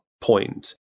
point